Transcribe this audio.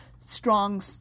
strong